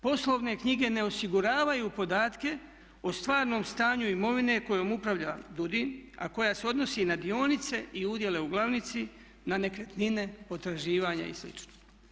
Poslovne knjige ne osiguravaju podatke o stvarnom stanju imovine kojom upravlja DUUDI a koja se odnosi na dionice i udjele u glavnici na nekretnine, potraživanja i slično.